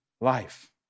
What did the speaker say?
life